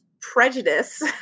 prejudice